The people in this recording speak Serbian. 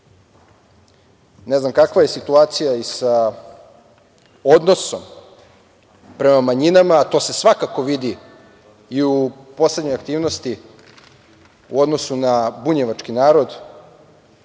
Ne znam kakva je situacija i sa odnosom prema manjinama, a to se svakako vidi i u poslednjoj aktivnosti u odnosu na bunjevački narod